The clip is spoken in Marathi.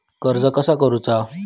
कर्ज कसा करूचा?